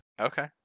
Okay